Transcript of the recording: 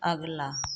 अगला